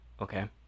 okay